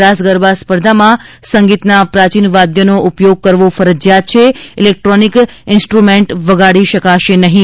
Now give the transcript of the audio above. રાસગરબા સ્પર્ધામાં સંગીતના પ્રાચીન વાઘનો ઉપયોગ કરવો ફરજીયાત છે ઈલેકટ્રોનિક ઈન્સ્ટ્રમેન્ટ વગાડી શકાશે નહીં